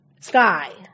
sky